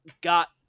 got